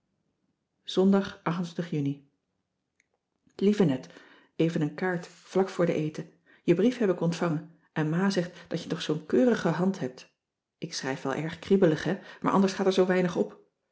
ondag uni ieve et ven een kaart vlak voor den eten je brief heb ik ontvangen en ma zegt dat je toch zoo'n keurige hand hebt ik schrijf wel erg kriebelig hè maar anders gaat er zoo weinig op